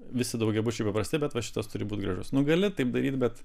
visi daugiabučiai paprasti bet va šitas turi būti gražus nu gali taip daryt bet